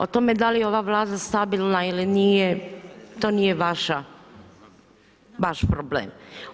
O tome da li je ova Vlada stabilna ili nije to nije vaša, vaš problem.